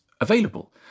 available